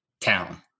town